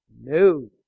No